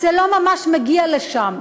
זה לא ממש מגיע לשם.